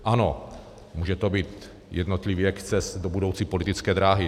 Ano, může to být jednotlivý exces do budoucí politické dráhy.